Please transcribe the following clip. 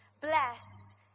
Bless